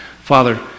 Father